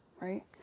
right